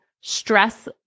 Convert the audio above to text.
stress